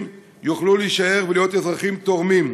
יוכלו להישאר ולהיות אזרחים תורמים,